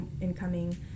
incoming